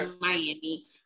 Miami